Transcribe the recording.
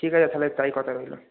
ঠিক আছে তাহলে তাই কথা রইল